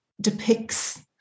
depicts